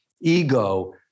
ego